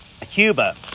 Cuba